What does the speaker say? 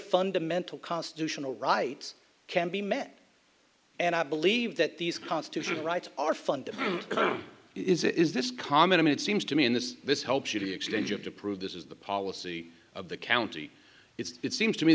fundamental constitutional rights can be met and i believe that these constitutional rights are fundamental is it is this common i mean it seems to me in this this helps you to exchange of to prove this is the policy of the county it's it seems to me